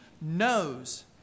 knows